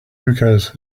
hookahs